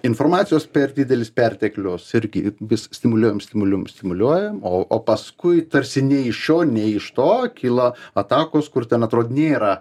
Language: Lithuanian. informacijos per didelis perteklius irgi vis stimuliuojam stimuliuojam stimuliuojam o o paskui tarsi nei iš šio nei iš to kyla atakos kur ten atrodo nėra